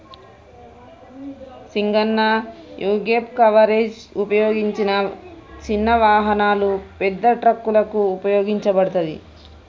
సింగన్న యీగేప్ కవరేజ్ ఉపయోగించిన సిన్న వాహనాలు, పెద్ద ట్రక్కులకు ఉపయోగించబడతది